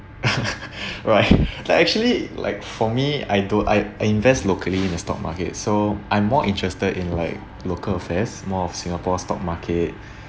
right like actually like for me I don't I invest locally in the stock market so I'm more interested in like local affairs more of singapore stock market